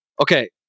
Okay